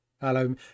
hello